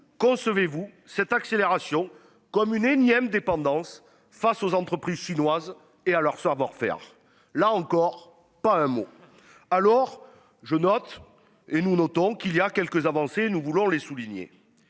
concevez-vous cette accélération comme une énième dépendance face aux entreprises chinoises et à leur savoir-faire là encore, pas un mot. Alors je note et nous notons qu'il y a quelques avancées, nous voulons les souligner.